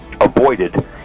avoided